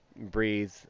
breathe